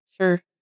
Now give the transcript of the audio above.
Sure